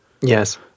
Yes